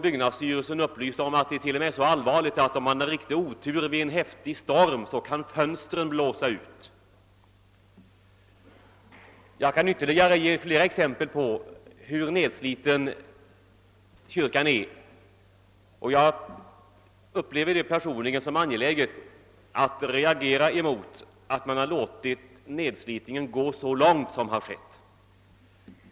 Byggnadsstyrelsen har upplyst att det t.o.m. är så allvarligt att om man har riktig otur vid en häftig storm så kan fönstren blåsa ut. Jag skulle kunna ge ytterligare exempel på hur nedsliten kyrkan är, och jag upplever det personligen som angeläget att reagera mot att man låtit nedslitningen gå så långt som fallet är.